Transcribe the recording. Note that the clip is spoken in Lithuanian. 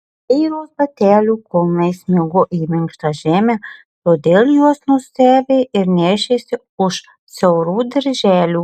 seiros batelių kulnai smigo į minkštą žemę todėl juos nusiavė ir nešėsi už siaurų dirželių